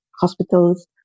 hospitals